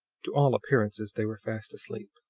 to all appearances they were fast asleep.